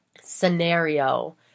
scenario